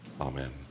amen